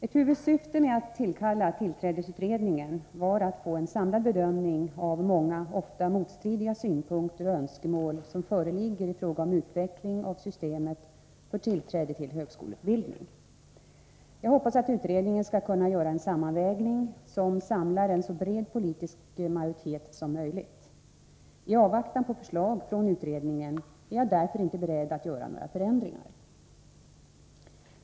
Ett huvudsyfte med att tillkalla tillträdesutredningen var att få en samlad bedömning av de många, ofta motstridiga synpunkter och önskemål som föreligger i fråga om utveckling av systemet för tillträde till högskoleutbildning. Jag hoppas att utredningen skall kunna göra en sammanvägning som samlar en så bred politisk majoritet som möjligt. I avvaktan på förslag från utredningen är jag därför inte beredd att göra några förändringar.